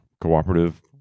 cooperative